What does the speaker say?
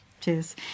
Cheers